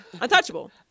Untouchable